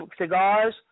cigars